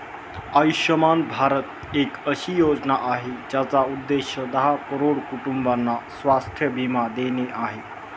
आयुष्यमान भारत एक अशी योजना आहे, ज्याचा उद्देश दहा करोड कुटुंबांना स्वास्थ्य बीमा देणे आहे